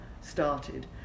started